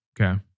Okay